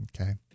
okay